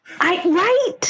Right